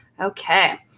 Okay